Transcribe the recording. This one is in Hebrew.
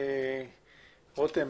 רותם